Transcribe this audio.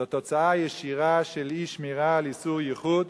זו תוצאה ישירה של אי-שמירה על איסור ייחוד